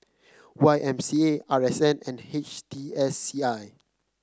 Y M C A R S N and H T S C I